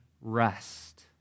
rest